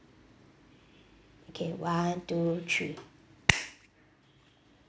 okay one two three